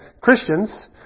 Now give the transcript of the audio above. Christians